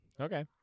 Okay